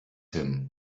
him